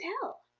tell